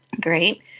great